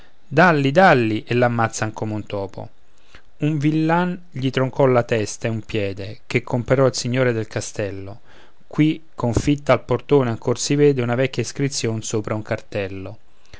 tenerello dàlli dàlli e l'ammazzan come un topo un villan gli troncò la testa e un piede che comperò il signore del castello qui confitta al portone ancor si vede una vecchia iscrizion sopra un cartello